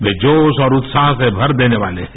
वे जोस और रत्साह से षर देने वाले हैं